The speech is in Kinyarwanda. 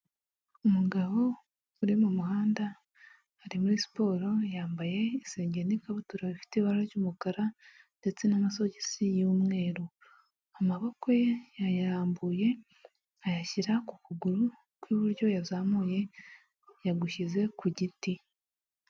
Umugabo uri mu muhanda ari muri siporo, yambaye isengeri n'ikabutura bifite ibara ry'umukara ndetse n'amasogisi y'umweru, amaboko ye yayarambuye ayashyira ku kuguru kw'iburyo yazamuye yagushyize ku giti.